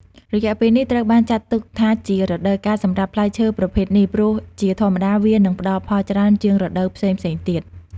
រយៈពេលនេះត្រូវបានចាត់ទុកថាជារដូវកាលសម្រាប់ផ្លែឈើប្រភេទនេះ ព្រោះជាធម្មតាវានឹងផ្តល់ផលច្រើនជាងរដូវផ្សេងៗទៀត។